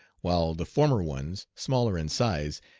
while the former ones, smaller in size,